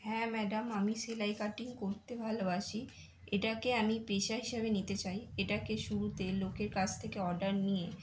হ্যাঁ ম্যাডাম আমি সেলাই কাটিং করতে ভালোবাসি এটাকে আমি পেশা হিসাবে নিতে চাই এটাকে শুরুতে লোকের কাছ থেকে অর্ডার নিয়ে